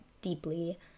deeply